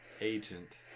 Agent